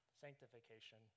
sanctification